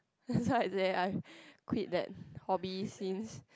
that's why I say I quit that hobby since